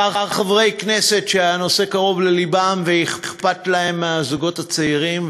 כמה חברי כנסת שהנושא קרוב ללבם ואכפת להם מהזוגות הצעירים,